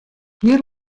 hjir